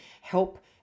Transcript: help